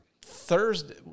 Thursday